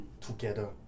together